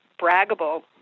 braggable